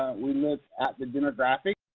we look at the demographic